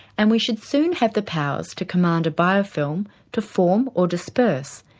and we should soon have the powers to command a biofilm to form or disperse,